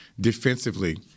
defensively